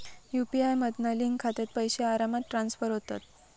UPI मधना link खात्यात पैशे आरामात ट्रांसफर होतत